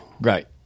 Right